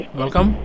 welcome